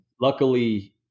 luckily